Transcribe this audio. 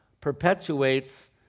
perpetuates